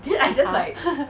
!huh!